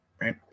Right